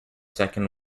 second